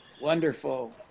Wonderful